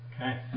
Okay